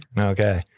Okay